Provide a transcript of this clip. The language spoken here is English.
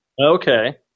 Okay